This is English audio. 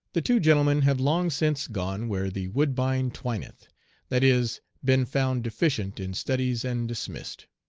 the two gentlemen have long since gone where the woodbine twineth that is, been found deficient in studies and dismissed.